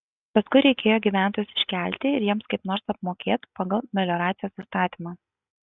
paskui reikėjo gyventojus iškelti ir jiems kaip nors apmokėt pagal melioracijos įstatymą